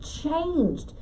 changed